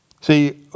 See